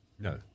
No